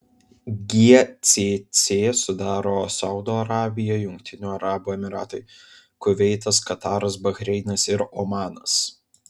gcc sudaro saudo arabija jungtinių arabų emyratai kuveitas kataras bahreinas ir omanas